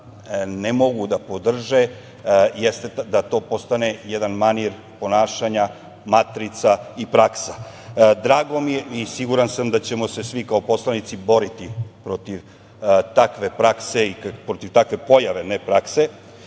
ne mogu da podrže jeste da to postane jedan manir ponašanja, matrica i praksa. Drago mi je i siguran sam da ćemo se svi kao poslanici boriti protiv takve pojave i drago mi je što čujem